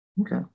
Okay